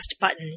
button